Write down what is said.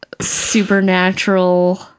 Supernatural